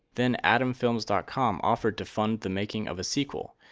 then atomfilms dot com offered to fund the making of a sequel,